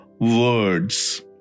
words